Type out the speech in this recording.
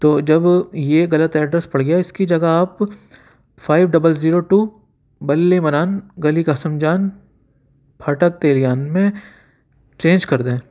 تو جب یہ غلط ایڈرس پڑ گیا اس کی جگہ آپ five double zero two Ballimaran گلی قاسم جان پھاٹک تیلیان میں چینج کر دیں